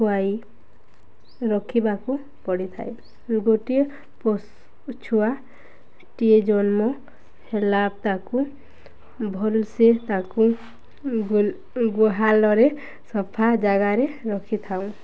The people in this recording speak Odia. ଖୁଆଇ ରଖିବାକୁ ପଡ଼ିଥାଏ ଗୋଟିଏ ପଶୁ ଛୁଆଟିଏ ଜନ୍ମ ହେଲା ତାକୁ ଭଲ ତାକୁ ଗୁହାଳରେ ସଫା ଜାଗାରେ ରଖିଥାଉ